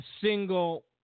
single